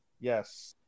Yes